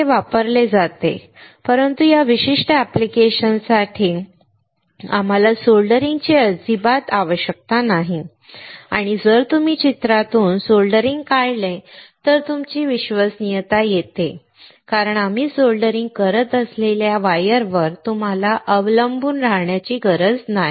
हे वापरले जाते परंतु या विशिष्ट ऍप्लिकेशन्स साठी आम्हाला सोल्डरिंग ची अजिबात आवश्यकता नाही आणि जर तुम्ही चित्रातून सोल्डरिंग काढले तर तुमची विश्वासार्हता येते कारण आम्ही सोल्डरिंग करत असलेल्या या वायरवर तुम्हाला अवलंबून राहण्याची गरज नाही